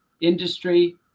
industry